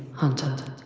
hunter